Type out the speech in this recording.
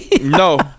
No